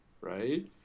Right